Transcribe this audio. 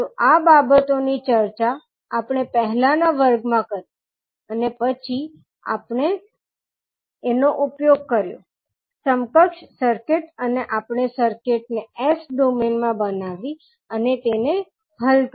તો આ બાબતો ની ચર્ચા આપણે પહેલાના વર્ગમાં કરી અને પછી આપણે એનો ઉપયોગ કર્યો સમકક્ષ સર્કિટ્સ અને આપણે સર્કિટને S ડોમેઇન માં બનાવી અને તેને હલ કરી